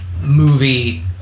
movie